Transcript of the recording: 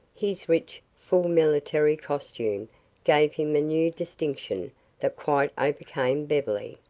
his rich, full military costume gave him a new distinction that quite overcame beverly.